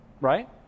right